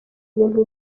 ibintu